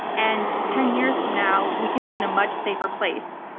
and ten years from now, we can be in a much safer place.